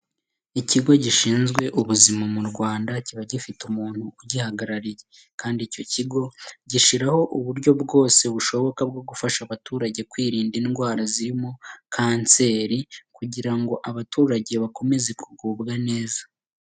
Ikigo gishinzwe ubuzima mu Rwanda kiba gifite umuntu ugihagarariye kandi icyo kigo gishyiraho uburyo bwose bushoboka bwo gufasha abaturage kwirinda indwara zirimo Kanseri kugira ngo abaturage bakomeze kugubwa neza.